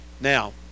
Now